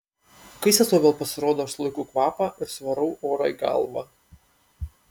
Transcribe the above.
kai sesuo vėl pasirodo aš sulaikau kvapą ir suvarau orą į galvą